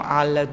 al